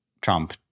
Trump